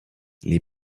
les